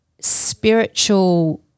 spiritual